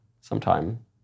sometime